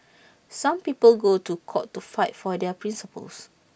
some people go to court to fight for their principles